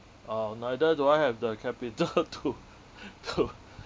uh neither do I have the capital to to